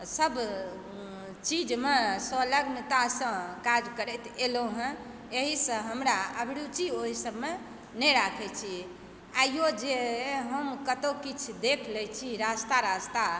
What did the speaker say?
सभ चीजमे स्वलग्नतासँ काज करैत एलहुँ हँ एहिसँ हमरा अभिरूचि ओहि सभमे नहि राखय छी आइयो जे हम कतहुँ किछु देखि लय छी रस्ता रस्ता